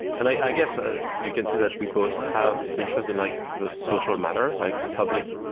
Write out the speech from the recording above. and i guess ah you can see that we both have interest in like the social matter, like public,